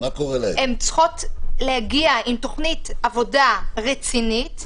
צריכות להגיע עם תוכנית עבודה רצינית,